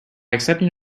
accepting